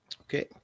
Okay